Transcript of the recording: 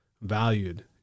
valued